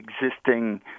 existing